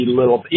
little